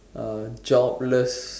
uh jobless